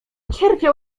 cierpiał